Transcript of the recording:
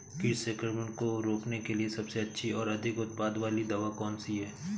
कीट संक्रमण को रोकने के लिए सबसे अच्छी और अधिक उत्पाद वाली दवा कौन सी है?